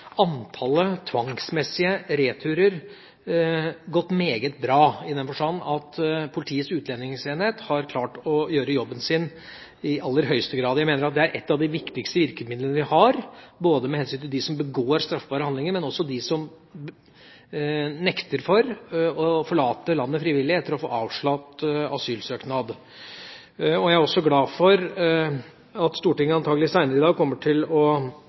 klart å gjøre jobben sin i aller høyeste grad. Jeg mener at det er et av de viktigste virkemidlene vi har, både med hensyn til dem som begår straffbare handlinger, og også dem som nekter å forlate landet frivillig etter å ha fått avslag på asylsøknaden. Jeg er også glad for at Stortinget senere i dag antakelig kommer til å